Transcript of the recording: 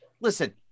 Listen